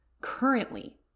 currently